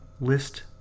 list